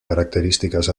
características